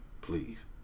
Please